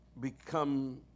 become